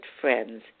friends